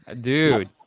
dude